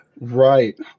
Right